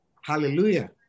hallelujah